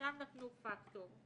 נתנו פקטור,